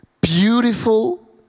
Beautiful